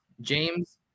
James